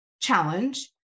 challenge